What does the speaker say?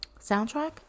soundtrack